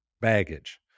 baggage